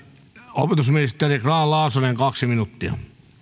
opetusministeri grahn laasonen kaksi minuuttia